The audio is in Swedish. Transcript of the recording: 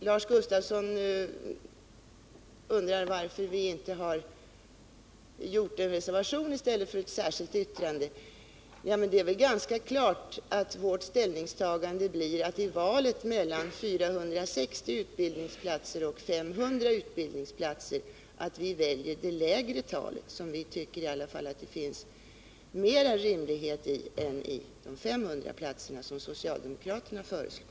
Lars Gustafsson undrade varför vi inte har avgivit en reservation i stället för ett särskilt yttrande. Det är väl ganska klart att vi i valet mellan 460 utbildningsplatser och 500 utbildningsplatser väljer det lägre talet, som vi i alla fall tycker är rimligare än 500, som socialdemokraterna föreslår.